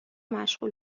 مشغول